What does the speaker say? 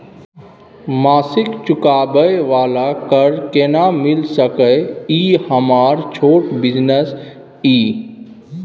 मासिक चुकाबै वाला कर्ज केना मिल सकै इ हमर छोट बिजनेस इ?